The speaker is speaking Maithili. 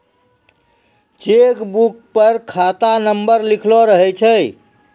चेक बुक पर खाता नंबर लिखलो रहै छै